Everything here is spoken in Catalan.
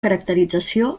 caracterització